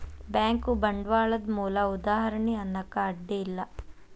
bank ಬಂಡ್ವಾಳದ್ ಮೂಲ ಉದಾಹಾರಣಿ ಅನ್ನಾಕ ಅಡ್ಡಿ ಇಲ್ಲಾ